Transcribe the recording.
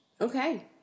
Okay